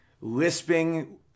lisping